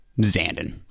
Zandon